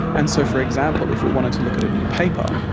and so, for example, if we wanted to look at a new paper,